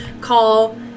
call